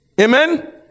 Amen